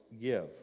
give